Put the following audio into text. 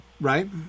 right